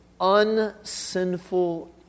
unsinful